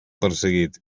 perseguit